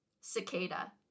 Cicada